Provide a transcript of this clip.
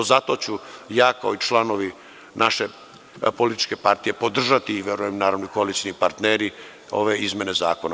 Zato ću ja kao i članovi naše političke partije podržati, verujem i koalicioni partneri, ove izmene zakona.